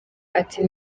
ati